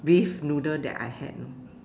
beef noodle that I had you know